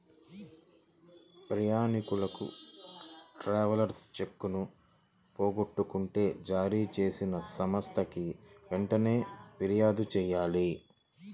ప్రయాణీకులు ట్రావెలర్స్ చెక్కులను పోగొట్టుకుంటే జారీచేసిన సంస్థకి వెంటనే పిర్యాదు చెయ్యాలి